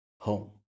home